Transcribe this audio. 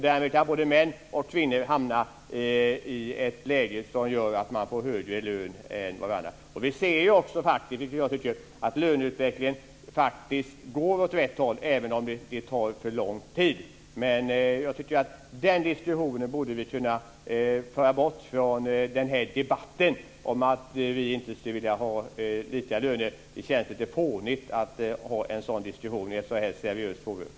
Därmed kan både män och kvinnor hamna i ett läge att de får högre lön. Vi ser att löneutvecklingen faktiskt går åt rätt håll även om det tar för lång tid. Den diskussionen borde vi kunna föra bort från debatten om att vi inte skulle vilja ha lika löner. Det känns lite fånigt att ha en sådan diskussion i ett sådant här seriöst forum.